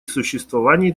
существовании